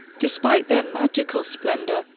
despite their magical splendor,